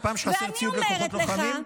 אתה שמעת פעם שחסר ציוד לכוחות לוחמים?